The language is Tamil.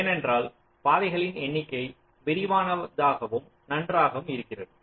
ஏனென்றால் பாதைகளின் எண்ணிக்கை விரிவானதாகவும் நன்றாகவும் இருக்கிறது